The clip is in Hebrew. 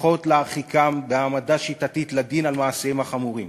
לפחות להרחיקם בהעמדה שיטתית לדין על מעשיהם החמורים.